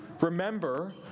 remember